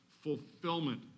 fulfillment